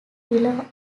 below